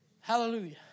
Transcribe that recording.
Hallelujah